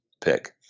pick